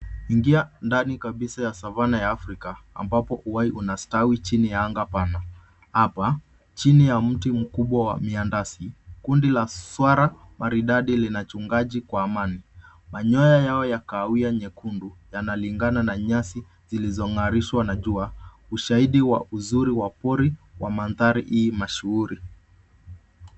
Ukiingia ndani kabisa ya Savanna Africa ambapo kuna ustawi chini ya anga pana. Apa chini ya mti mkubwa wa miandasi, kundi la swara maridadi lina chunga kwa amani. Manyoya yao ya kahawia nyekundu yanalingana na nyasi zilizong'arishwa na jua, ushahidi wa uzuri wa pori wa maandhari hii mashuhuri.